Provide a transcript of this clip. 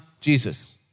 Jesus